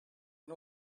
and